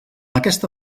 aquesta